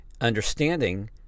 Understanding